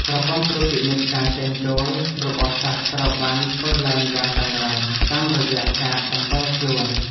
ប្រព័ន្ធត្រួតពិនិត្យការចេញចូលរបស់សិស្សត្រូវបានធ្វើឡើងយ៉ាងតឹងរ៉ឹងតាមរយៈកាតសម្គាល់ខ្លួន។